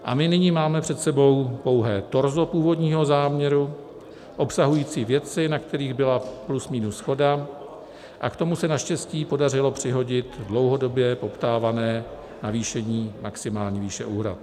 A my nyní máme před sebou pouhé torzo původního záměru, obsahující věci, na kterých byla plus minus shoda, a k tomu se naštěstí podařilo přihodit dlouhodobě poptávané navýšení maximální výše úhrad.